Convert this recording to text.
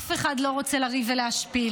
אף אחד לא רוצה לריב ולהשפיל,